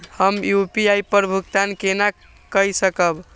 हम यू.पी.आई पर भुगतान केना कई सकब?